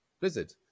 Blizzard